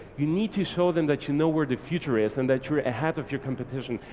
you need to show them that you know where the future is and that you're ahead of your competition,